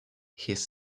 his